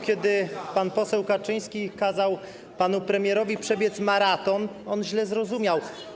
Kiedy pan poseł Kaczyński kazał panu premierowi przebiec maraton, on źle zrozumiał.